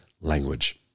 language